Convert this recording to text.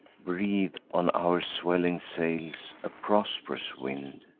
breathe on our swelling sails a prosp'rous wind,